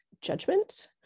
judgment